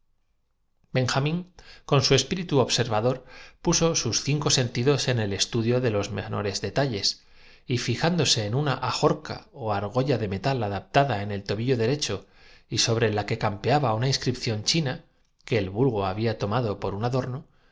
benjamín con su espíritu observador puso sus cin co sentidos en el estudio de los menores detalles y fijándose en una ajorca ó argolla de metal adaptada en el tobillo derecho y sobre la que campeaba una ins cripción china que el vulgo había tomado por un adorno no